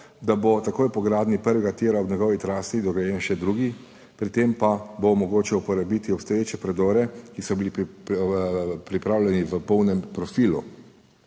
da bo takoj po gradnji prvega tira ob njegovi trasi dograjen še drugi, pri tem pa bo mogoče uporabiti obstoječe predore, ki so bili pripravljeni v polnem profilu.